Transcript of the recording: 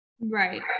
Right